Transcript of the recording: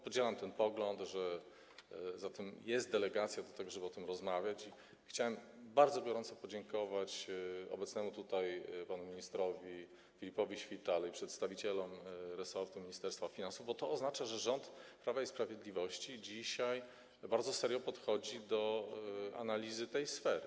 Podzielam ten pogląd, że jest delegacja do tego, żeby o tym rozmawiać, i chciałem bardzo gorąco podziękować obecnemu tutaj panu ministrowi Filipowi Świtale i przedstawicielom resortu Ministerstwa Finansów, bo to oznacza, że rząd Prawa i Sprawiedliwości dzisiaj bardzo serio podchodzi do analizy tej sfery.